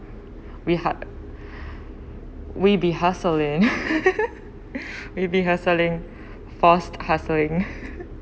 we ha~ we be hustling we be hustling forced hustling